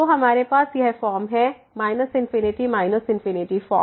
तो हमारे पास यह फॉर्म है ∞ ∞फॉर्म